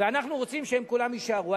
ואנחנו רוצים שהן כולן יישארו.